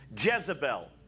Jezebel